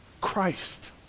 Christ